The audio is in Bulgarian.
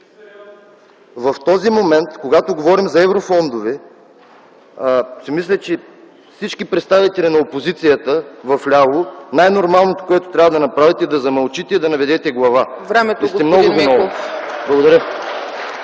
В този момент, когато говорим за еврофондове, си мисля, че всички представители на опозицията вляво най-нормалното, което трябва да направите, е да замълчите и да наведете глава, защото